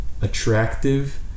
attractive